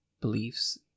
beliefs